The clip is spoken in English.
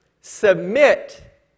submit